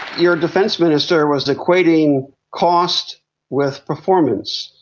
your defence minister was equating cost with performance,